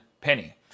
penny